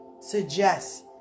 suggest